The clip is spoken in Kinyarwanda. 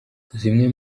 zimwe